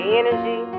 energy